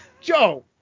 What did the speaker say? Joe